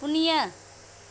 ᱯᱩᱱᱤᱭᱟᱹ